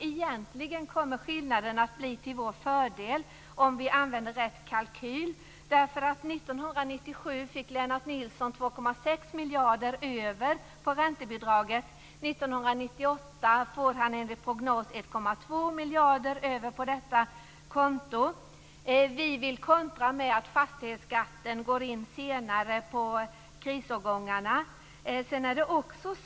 Egentligen kommer skillnaden att bli till vår fördel om vi använder rätt kalkyl. År 1997 fick Lennart får han enligt prognos 1,2 miljarder över på detta konto. Vi vill kontra med att fastighetsskatten på krisårgångarna går in senare.